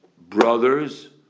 brother's